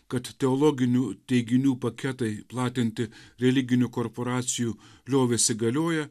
kad teologinių teiginių paketai platinti religinių korporacijų liovėsi galioję